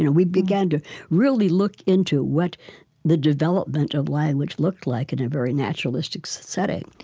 and we began to really look into what the development of language looked like in a very naturalistic setting